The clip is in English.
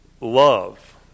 love